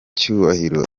cyubahiro